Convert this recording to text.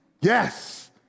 Yes